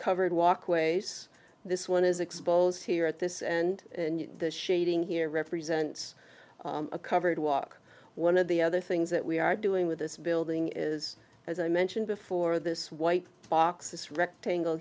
covered walkways this one is expose here at this and the shading here represents a covered walk one of the other things that we are doing with this building is as i mentioned before this white box this rectangle